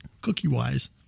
cookie-wise